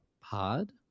pod